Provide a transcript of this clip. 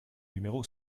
numéro